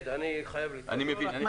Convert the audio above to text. מה